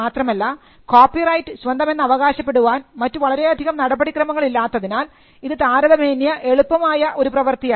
മാത്രമല്ല copyright സ്വന്തമെന്നവകാശപ്പെടാൻ മറ്റു വളരെയധികം നടപടിക്രമങ്ങൾ ഇല്ലാത്തതിനാൽ ഇത് താരതമ്യേന എളുപ്പമായ ഒരു പ്രവർത്തിയാണ്